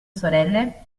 sorelle